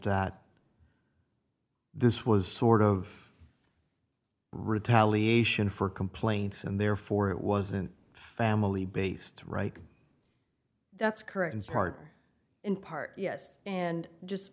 that this was sort of retaliation for complaints and therefore it wasn't family based right that's correct and part in part yes and just